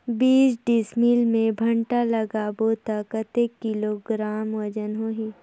बीस डिसमिल मे भांटा लगाबो ता कतेक किलोग्राम वजन होही?